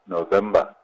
November